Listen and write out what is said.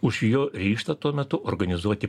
už jo ryžtą tuo metu organizuoti